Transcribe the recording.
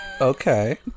Okay